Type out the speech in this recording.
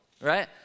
right